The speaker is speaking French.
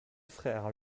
frère